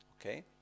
Okay